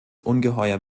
ungeheuer